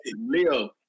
Leo